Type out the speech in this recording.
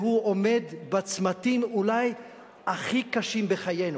והוא עומד בצמתים אולי הכי קשים בחיינו.